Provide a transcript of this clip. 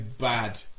bad